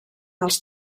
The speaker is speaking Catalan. els